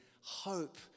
hope